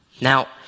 Now